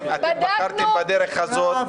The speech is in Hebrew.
אתם בחרתם בדרך הזאת -- בדקנו,